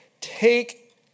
take